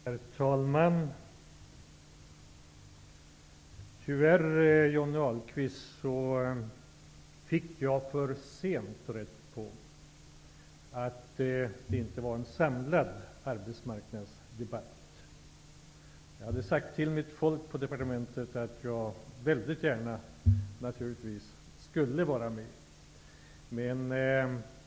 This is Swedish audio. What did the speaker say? Herr talman! Jag fick tyvärr, Johnny Ahlqvist, för sent reda på att det inte skulle vara en samlad arbetsmarknadspolitisk debatt. Jag hade sagt till mitt folk på departementet att jag väldigt gärna ville vara med.